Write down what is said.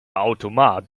automat